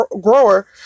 grower